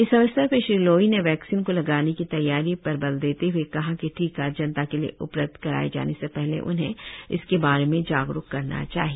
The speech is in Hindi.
इस अवसर पर श्री लोयी ने वैक्सीन को लगाने की तैयारी पर बल देते हए कहा कि टीका जनता के लिए उपलब्ध कराए जाने से पहले उन्हें इसके बारे में जागरुक करना चाहिए